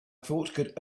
thought